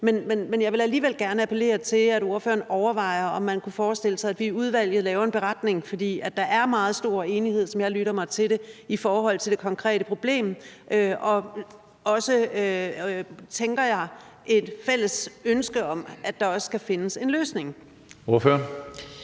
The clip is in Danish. Men jeg vil alligevel gerne appellere til, at ordføreren overvejer, om man kunne forestille sig, at vi i udvalget laver en beretning. For der er meget stor enighed, kan jeg lytte mig til, i forhold til det konkrete problem, og jeg tænker også, at der er et fælles ønske om, at der skal findes en løsning. Kl.